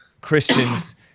Christians